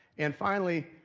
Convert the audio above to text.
and finally,